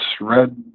red